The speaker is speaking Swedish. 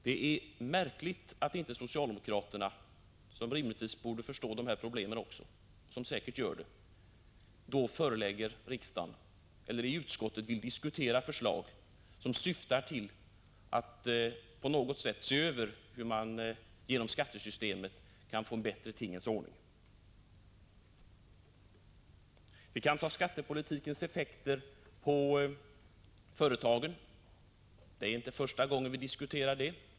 Det är märkligt att inte socialdemokraterna, som säkert förstår dessa problem, i utskottet vill diskutera förslag som syftar till att på något sätt se över hur man genom skattesystemet kan få en bättre tingens ordning. Vi kan ta skattepolitikens effekter på företagen. Det är inte första gången som vi diskuterar det.